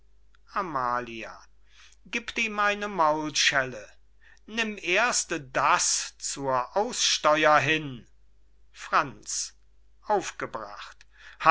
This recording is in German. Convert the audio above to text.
amalia giebt ihm eine maulschelle nimm erst das zur aussteuer hin franz